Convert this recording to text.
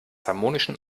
harmonischen